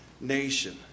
nation